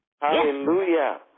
hallelujah